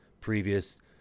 previous